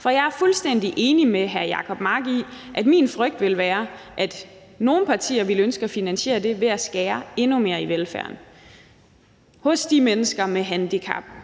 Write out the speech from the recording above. i forhold til at min frygt vil være, at nogle partier ville ønske at finansiere det ved at skære endnu mere i velfærden hos de mennesker med handicap,